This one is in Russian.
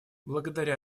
благодаря